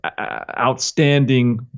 outstanding